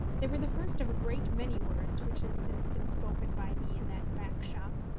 they were the first of a great many words which have since been spoken by me in that back-shop.